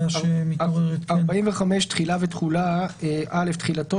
סעיף 45 תחילה ותחולה "(א) תחילתו